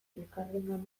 elkarrengana